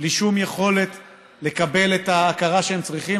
בלי שום יכולת לקבל את ההכרה שהם צריכים,